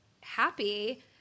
happy